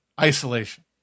isolation